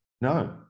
No